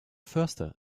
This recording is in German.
förster